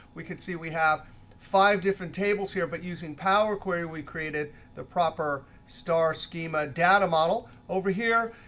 we could see we have five different tables here. but using power query, we created the proper star schema data model. over here,